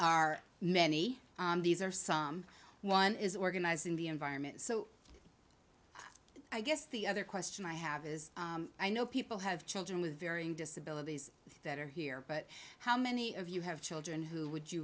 are many these are some one is organized in the environment so i guess the other question i have is i know people have children with varying disabilities that are here but how many of you have children who would you